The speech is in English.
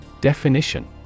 Definition